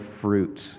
fruit